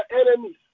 enemies